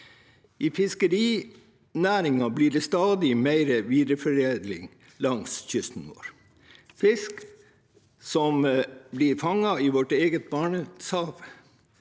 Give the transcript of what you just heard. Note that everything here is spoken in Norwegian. I fiskerinæringen blir det stadig mer videreforedling langs kysten vår. Fisk som blir fanget i vårt eget Barentshav,